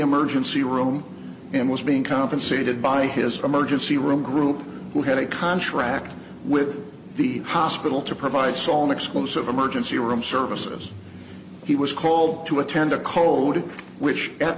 emergency room and was being compensated by his emergency room group who had a contract with the hospital to provide soem exclusive emergency room services he was called to attend a code which at